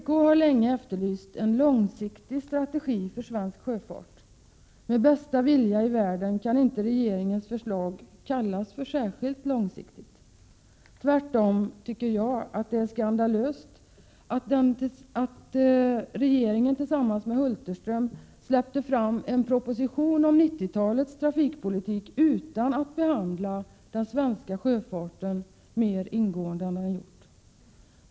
Vpk har länge efterlyst en långsiktig strategi för svensk sjöfart. Med bästa vilja i världen kan inte regeringens förslag kallas särskilt långsiktigt. Tvärtom är det skandalöst att Hulterström och regeringen i övrigt släppt fram en proposition om 90-talets trafikpolitik, utan att behandla den svenska sjöfarten mera ingående än vad som har skett.